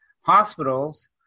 hospitals